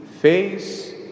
face